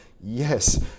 Yes